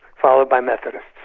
followed by methodists.